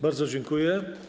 Bardzo dziękuję.